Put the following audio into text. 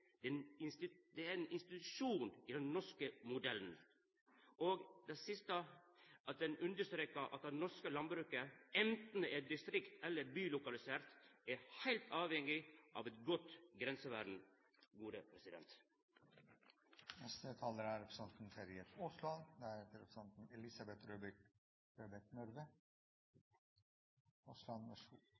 den norske modellen. Det siste er at ein understrekar at det norske landbruket, anten det er distrikt eller bylokalisert, er heilt avhengig av eit godt grensevern. Jeg synes dette er